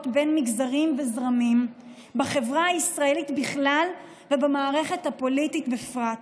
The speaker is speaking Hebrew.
בין מגזרים וזרמים בחברה הישראלית בכלל ובמערכת הפוליטית בפרט.